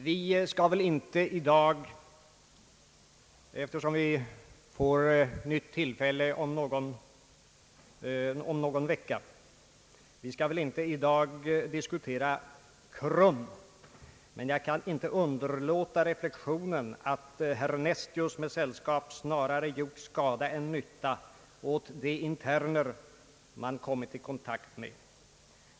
Vi skall väl inte diskutera KRUM i dag, eftersom vi får tillfälle till det om någon vecka, men jag kan inte underlåta att göra den reflexionen att herr Nestius med sällskap snarare gjort skada än nytta för de interner man kommit i kontakt med.